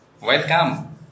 Welcome